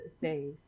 say